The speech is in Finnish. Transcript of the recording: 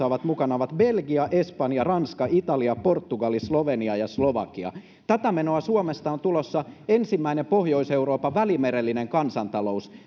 ovat mukana ovat belgia espanja ranska italia portugali slovenia ja slovakia tätä menoa suomesta on tulossa ensimmäinen pohjois euroopan välimerellinen kansantalous